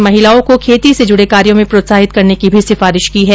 committee ने महिलाओं को खेती से जुड़े कार्यो में प्रोत्साहित करने की सिफारिश की है